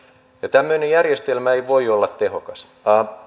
tämmöinen järjestelmä ei voi olla tehokas